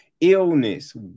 Illness